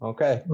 Okay